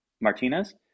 martinez